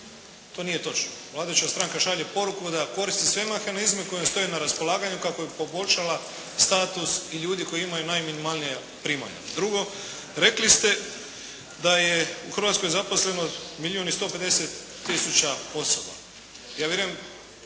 To nije točno. Vladajuća stranka šalje poruku da koristi sve mehanizme koji joj stoje na raspolaganju kako bi poboljšala status ljudi koji imaju najminimalnija primanja. Drugo, rekli ste da je u Hrvatskoj zaposleno milijun i 150 tisuća